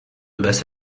basse